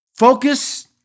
focus